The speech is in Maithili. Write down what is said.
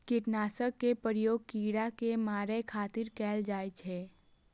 कीटनाशक के प्रयोग कीड़ा कें मारै खातिर कैल जाइ छै